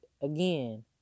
again